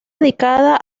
dedicada